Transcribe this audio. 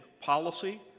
policy